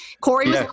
Corey